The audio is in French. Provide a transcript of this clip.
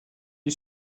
est